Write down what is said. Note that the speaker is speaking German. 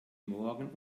morgen